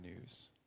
news